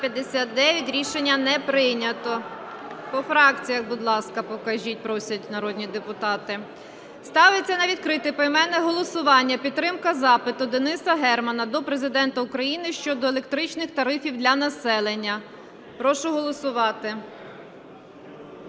За-59 Рішення не прийнято. По фракціях, будь ласка, покажіть. Просять народні депутати. Ставиться на відкрите поіменне голосування підтримка запиту Дениса Германа до Президента України щодо електричних тарифів для населення. Прошу голосувати.